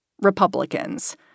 Republicans